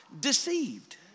deceived